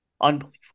Unbelievable